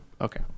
Okay